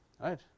right